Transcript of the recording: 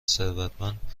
ثروتمند